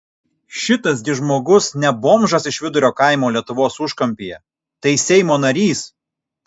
šitas gi žmogus ne bomžas iš vidurio kaimo lietuvos užkampyje tai seimo narys